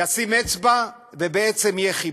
ישים אצבע ובעצם יהיה חיבור.